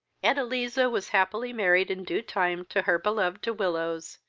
edeliza was happily married in due time to her beloved de willows,